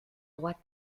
droite